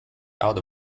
out